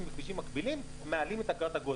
בכבישים מקבילים מעלים את אגרת הגודש.